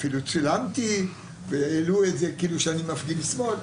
אפילו צילמתי והעלו את זה כאילו אני מפגין שמאל.